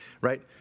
Right